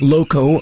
Loco